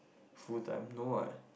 full time no what